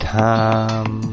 time